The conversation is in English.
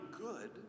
good